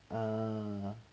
um